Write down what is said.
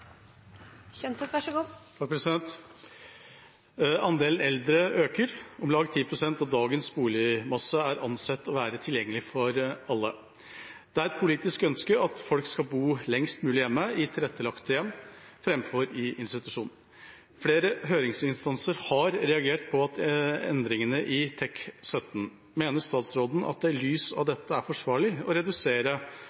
ansett å være tilgjengelig for alle. Det er et politisk ønske at folk skal bo lengst mulig hjemme i tilrettelagte hjem, fremfor institusjoner. Flere høringsinstanser har reagert på endringene i TEK17. Mener statsråden at det i lys av